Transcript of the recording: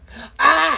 ah